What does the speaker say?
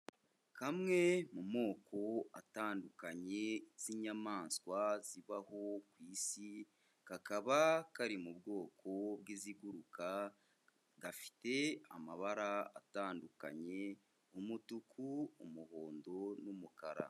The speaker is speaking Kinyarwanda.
Kamwe mu moko atandukanye z'inyamaswa zibaho ku Isi, kakaba kari mu bwoko bw'iziguruka gafite amabara atandukanye umutuku, umuhondo n'umukara.